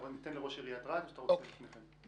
אני אתן לראש עיריית רהט או שאתה רוצה לפני כן?